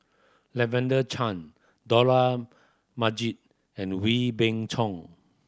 Lavender Chang Dollah Majid and Wee Beng Chong